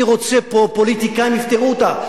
אני רוצה שפוליטיקאים יפתרו אותה.